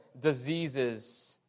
diseases